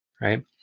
Right